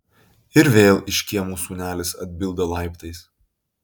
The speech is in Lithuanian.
ir vėl iš kiemo sūnelis atbilda laiptais